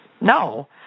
no